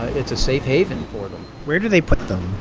it's a safe haven for them where do they put them?